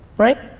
right?